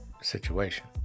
situation